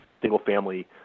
single-family